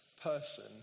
person